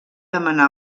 demanà